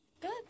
good